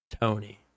Tony